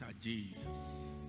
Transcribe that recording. Jesus